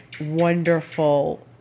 wonderful